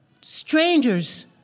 strangers